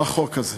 בחוק הזה.